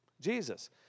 Jesus